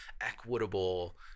equitable